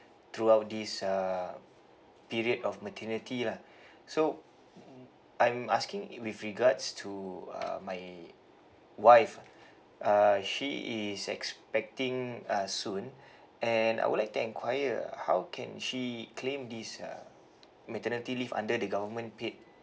throughout this uh period of maternity lah so I'm asking with regards to uh my wife ah uh she is expecting uh soon and I would like to enquire ah how can she claim this uh maternity leave under the government paid